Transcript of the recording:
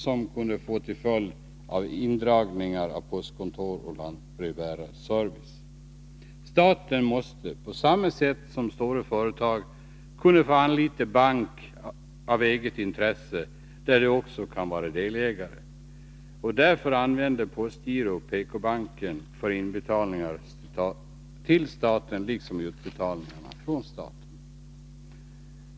Det kunde få till följd indragningar av postkontor på mindre orter och i förorter samt indragningar när det gäller lantbrevbärarservicen. Staten måste — liksom de stora företagen av eget intresse anlitar bank, där de också kan vara delägare — ha rätt att använda postgirot och PK-banken för inbetalningar till staten samt för utbetalningar från staten.